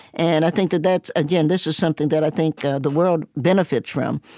and i think that that's again, this is something that i think the world benefits from.